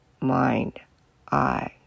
mind-eye